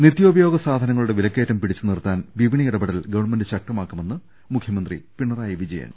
നിത്യോപയോഗ സാധനങ്ങളുടെ വിലക്കയറ്റും പിടിച്ചു നിർത്താൻ വിപണി ഇടപെടൽ ഗവൺമെന്റ് ശക്തമാക്കുമെന്ന് മുഖ്യമന്ത്രി പിണറായി വിജയൻ